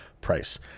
price